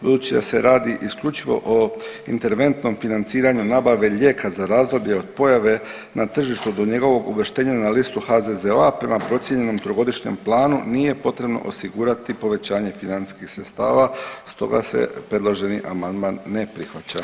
Budući da se radi isključivo o interventnom financiranju nabave lijeka za razdoblje od pojave na tržištu do njegovog uvrštenja na listu HZZO-a, prema procijenjenom trogodišnjem planu nije potrebno osigurati povećanje financijskih sredstava, stoga se predloženi amandman ne prihvaća.